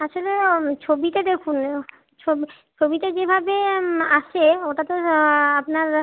আসলে ছবিতে দেখুন ছবি ছবিতে যেভাবে আসে ওটা তো আপনার